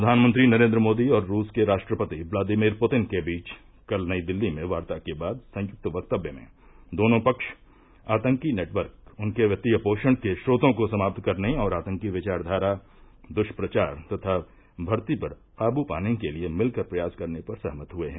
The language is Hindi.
प्रधानमंत्री नरेन्द्र मोदी और रूस के राष्ट्रपति व्लादिर्मीर पुतिन के बीच कल नई दिल्ली में बार्ता के बाद संयुक्त वक्तव्य में दोनों पक्ष आतंकी नेटवर्क उनके वित्तीय पोषण के च्रोतों को समाप्त करने और आतंकी विचारधारा दृष्प्रचार तथा भर्ती पर काबू पाने के लिए मिलकर प्रयास करने पर सहमत हुए हैं